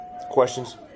Questions